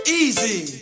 easy